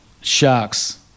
sharks